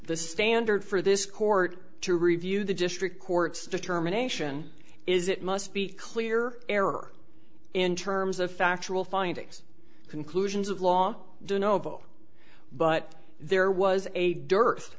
the standard for this court to review the district court's determination is it must be clear error in terms of factual findings conclusions of law do novo but there was a d